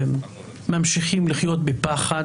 לקחים: